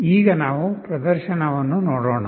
ಈಗ ನಾವು ಪ್ರದರ್ಶನವನ್ನು ನೋಡೋಣ